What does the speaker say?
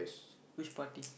which party